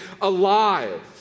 alive